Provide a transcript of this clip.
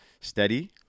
steady